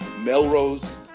Melrose